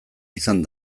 izan